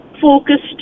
focused